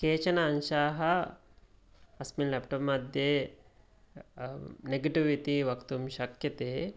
केचन अंशाः अस्मिन् लेप्टोप् मध्ये नेगटिव् इति वक्तुं शक्यते